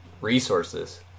resources